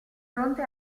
fronte